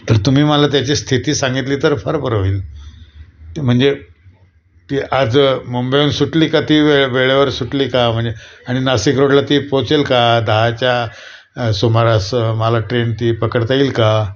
तर तुम्ही मला त्याची स्थिती सांगितली तर फार बरं होईल म्हणजे ती आज मुंबईहून सुटली का ती वे वेळेवर सुटली का म्हणजे आणि नाशिक रोडला ती पोहोचेल का दहाच्या सुमारास मला ट्रेन ती पकडता येईल का